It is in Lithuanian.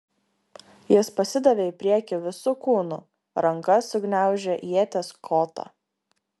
jis pasidavė į priekį visu kūnu ranka sugniaužė ieties kotą